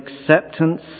acceptance